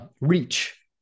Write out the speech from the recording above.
reach